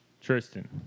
Tristan